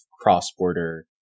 cross-border